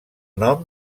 nom